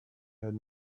had